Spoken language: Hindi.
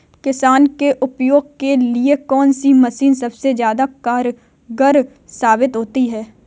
किसान के उपयोग के लिए कौन सी मशीन सबसे ज्यादा कारगर साबित होती है?